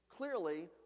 Clearly